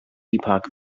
epoch